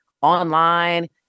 online